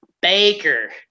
Baker